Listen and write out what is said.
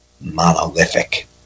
monolithic